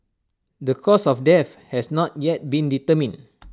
the cause of death has not yet been determined